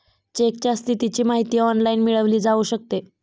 चेकच्या स्थितीची माहिती ऑनलाइन मिळवली जाऊ शकते